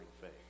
faith